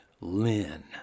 Lynn